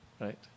right